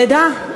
לידה,